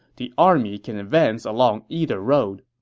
the army can advance along either road.